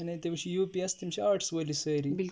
یعنی تٔمِس چھِ یوٗ پی ایس تِم چھ آرٹس وٲلی سٲری تہٕ